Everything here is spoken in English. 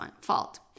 fault